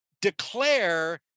declare